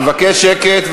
אני מבקש שקט.